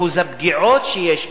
אחוז הפגיעות שיש בה,